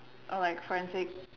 or like Forensic